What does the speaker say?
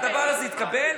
הדבר הזה יתקבל,